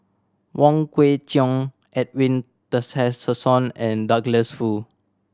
Wong Kwei Cheong Edwin Tessensohn and Douglas Foo